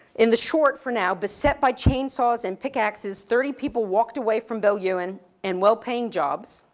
in the short for now, beset by chainsaws and pickaxes, thirty people walked away from belyuen and well paying jobs.